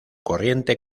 corriente